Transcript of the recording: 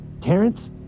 Terrence